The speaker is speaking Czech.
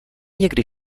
někdy